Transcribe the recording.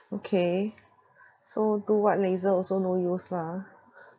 okay so do what laser also no use lah